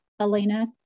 Elena